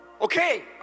Okay